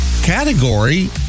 category